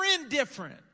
indifferent